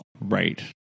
Right